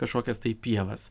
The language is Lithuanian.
kažkokias tai pievas